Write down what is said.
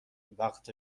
وقت